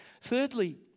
Thirdly